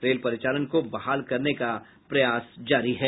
rail परिचालन को बहाल करने का प्रयास जारी है